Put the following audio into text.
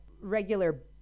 regular